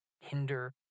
hinder